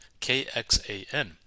KXAN